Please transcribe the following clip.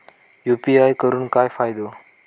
UPI करून काय फायदो?